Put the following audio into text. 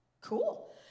cool